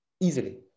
easily